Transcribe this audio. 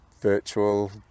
virtual